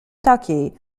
takiej